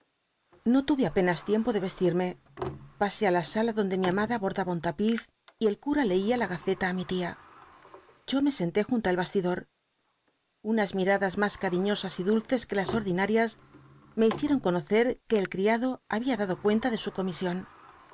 o taye apenas tiempo de yestirme pasé á la sala donde mi amada bordaba un tapiz y'el cura leia la gazeta á mi tia yo me senté junto á el bastidor unas miradas mas cariñosas y duloe que las ordinarias me hicieron conocer que el criado habia dado cuenta de su comisión